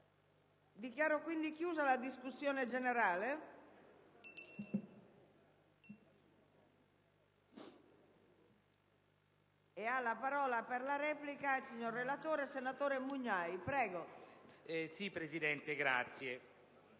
Dichiaro chiusa la discussione generale.